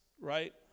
right